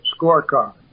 Scorecard